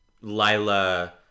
Lila